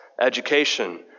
education